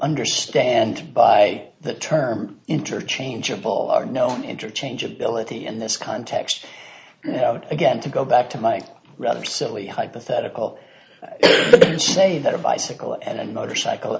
understand by the term interchangeable are no interchange ability in this context now again to go back to my rather silly hypothetical and say that a bicycle and a motorcycle